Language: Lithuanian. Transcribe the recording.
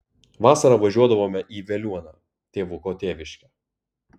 vasarą važiuodavome į veliuoną tėvuko tėviškę